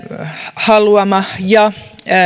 haluama ja